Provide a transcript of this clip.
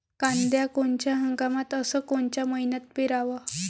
कांद्या कोनच्या हंगामात अस कोनच्या मईन्यात पेरावं?